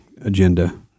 agenda